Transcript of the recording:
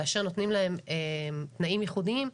כאשר נותנים להם תנאי ייחודיים,